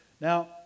Now